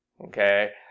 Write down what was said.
Okay